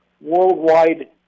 worldwide